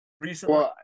recently